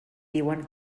diuen